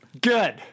Good